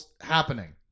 happening